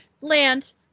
land